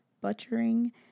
butchering